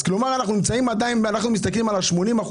כלומר אנו עדיין מסתכלים על ה-80%